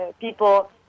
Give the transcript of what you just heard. people